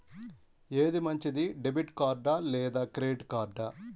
ఏది మంచిది, debit card లేదా క్రెడిట్ కార్డ్?